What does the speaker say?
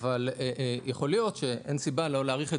אבל יכול להיות שאין סיבה לא להאריך את